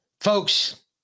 Folks